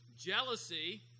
Jealousy